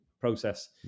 process